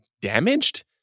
damaged